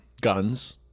guns